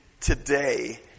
today